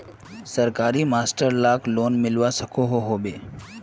सरकारी मास्टर लाक लोन मिलवा सकोहो होबे?